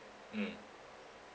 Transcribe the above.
mm